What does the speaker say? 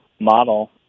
model